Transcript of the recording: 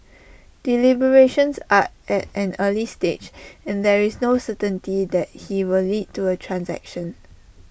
deliberations are at an early stage and there is no certainty that he will lead to A transaction